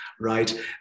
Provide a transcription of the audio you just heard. right